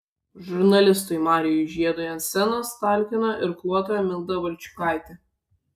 žurnalistui marijui žiedui ant scenos talkino irkluotoja milda valčiukaitė